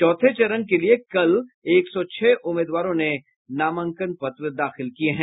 चौथे चरण के लिए कल एक सौ छह उम्मीदवारों ने नामांकन पत्र दाखिल किये हैं